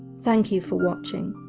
thank you for watching.